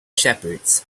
shepherds